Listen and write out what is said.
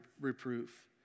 reproof